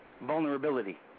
vulnerability